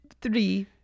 Three